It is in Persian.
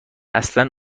اصلا